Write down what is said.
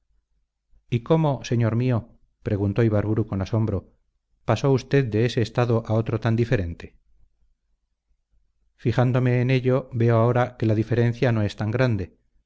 y cómo señor mío preguntó ibarburu con asombro pasó usted de ese estado a otro tan diferente fijándome en ello veo ahora que la diferencia no es tan grande